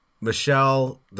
Michelle